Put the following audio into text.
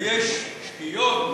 ויש שגיאות,